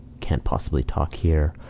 cant possibly talk here.